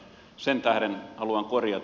sen tähden haluan korjata